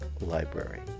Library